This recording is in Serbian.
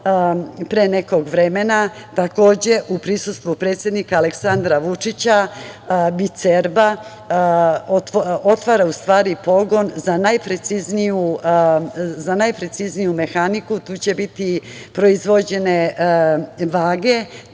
pre nekog vremena, takođe u prisustvu predsednika Aleksandra Vučića, „Bicerba“ otvara pogon za najprecizniju mehaniku. Tu će biti proizvedene vage.